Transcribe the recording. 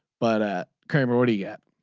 but a kramer already get